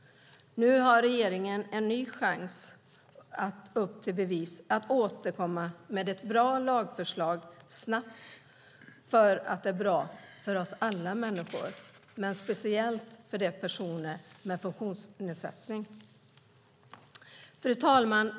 Nu har regeringen en ny chans - upp till bevis - att snabbt återkomma med ett bra lagförslag. Det är bra för alla oss människor men speciellt för personer med funktionsnedsättning. Fru talman!